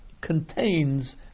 contains